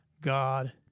God